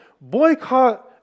Boycott